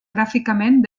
gràficament